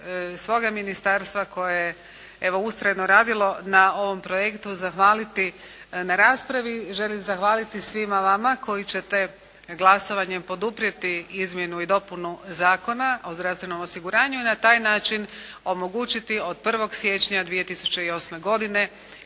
svoga Ministarstva koje je evo ustrajno radilo na ovom projektu zahvaliti na raspravi. Želim zahvaliti svima vama koji ćete glasovanjem poduprijeti izmjenu i dopunu Zakona o zdravstvenom osiguranju i na taj način omogućiti od 1. siječnja 2008. godine